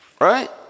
Right